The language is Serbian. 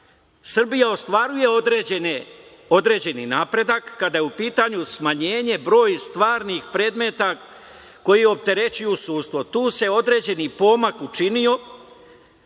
Srbija ostvaruje određeni napredak kada je u pitanju smanjenje broja stvarnih predmeta koji opterećuju sudstvo i tu se određeni pomak učinio,